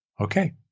Okay